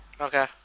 Okay